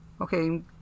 Okay